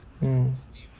mm